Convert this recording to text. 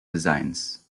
designs